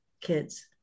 kids